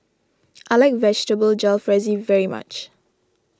I like Vegetable Jalfrezi very much